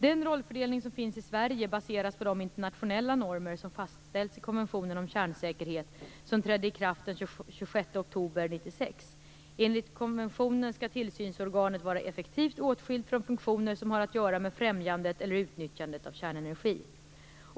Den rollfördelning som finns i Sverige baseras på de internationella normer som fastställts i konventionen om kärnsäkerhet som trädde i kraft den 26 oktober 1996. Enligt konventionen skall tillsynsorganet vara effektivt åtskilt från funktioner som har att göra med främjandet eller utnyttjandet av kärnenergi.